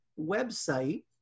website